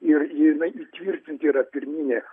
ir jinai įtvirtinta yra pirminė